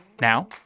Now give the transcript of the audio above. Now